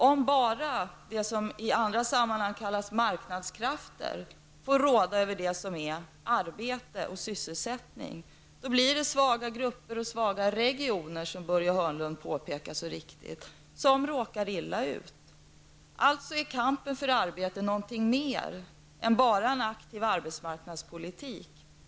Om bara det som i andra sammanhang kallas marknadskrafter får råda över arbete och sysselsättning, blir det svaga grupper och svaga regioner som råkar illa ut, vilket Börje Hörnlund så riktigt påpekade. Alltså är kampen för arbete någonting mer än bara en aktiv arbetsmarknadspolitik.